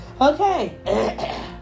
Okay